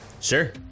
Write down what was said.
Sure